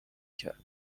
کرد